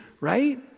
right